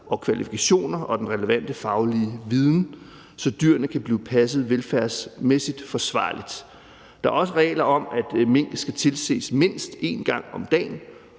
og kvalifikationer og den relevante faglige viden, så dyrene kan blive passet dyrevelfærdsmæssigt forsvarligt. Der er også regler om, at minkene skal tilses mindst en gang om dagen,